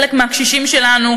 עדיין לחלק מהקשישים שלנו,